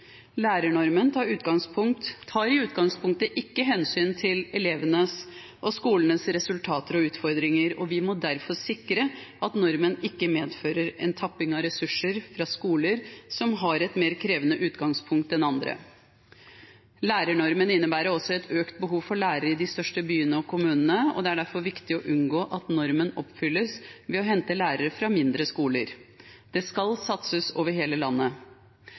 Lærernormen tar i utgangspunktet ikke hensyn til elevenes og skolenes resultater og utfordringer, og vi må derfor sikre at normen ikke medfører en tapping av ressurser fra skoler som har et mer krevende utgangspunkt enn andre. Lærernormen innebærer også et økt behov for lærere i de største byene og kommunene, og det er derfor viktig å unngå at normen oppfylles ved å hente lærere fra mindre skoler. Det skal satses over hele landet.